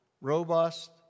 robust